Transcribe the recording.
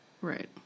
Right